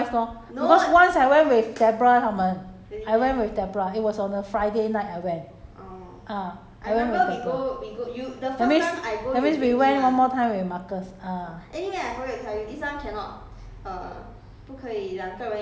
I didn't go with marcus I no no no I I that means is twice lor because once I went with debra 她们 I went with debra it was on a friday night I went uh I went with debra that means that means we went one more time with marcus uh